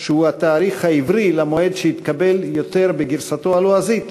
שהוא התאריך העברי של מועד שהתקבל יותר בגרסתו הלועזית,